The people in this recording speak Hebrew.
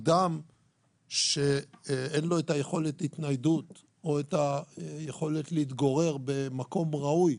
אדם שאין לו יכולת התניידות או את היכולת להתגורר במקום ראוי,